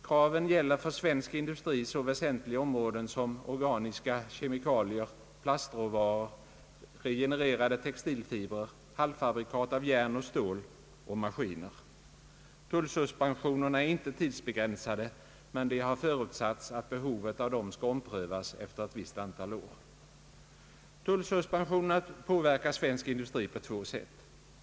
Kraven gäller för svensk industri så väsentliga områden som organiska kemikalier, plastråvaror, regenererade textilfibrer, halvfabrikat av järn och stål och maskiner. Tullsuspensionerna är inte tidsbegränsade, men det har förutsatts att behovet av dem skall omprövas efter ett visst antal år. Tullsuspensionerna påverkar svensk industri på två sätt.